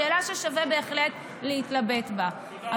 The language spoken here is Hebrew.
זאת שאלה ששווה בהחלט להתלבט בה,